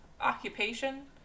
occupation